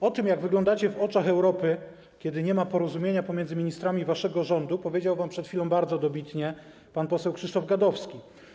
O tym, jak wyglądacie w oczach Europy, kiedy nie ma porozumienia między ministrami waszego rządu, powiedział wam przed chwilą bardzo dobitnie pan poseł Krzysztof Gadowski.